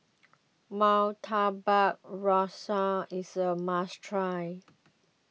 Murtabak Rusa is a must try